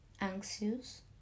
anxious